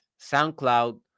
SoundCloud